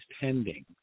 pending